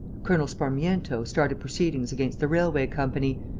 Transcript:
colonel sparmiento started proceedings against the railway-company,